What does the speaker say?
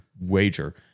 wager